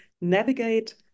navigate